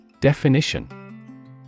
Definition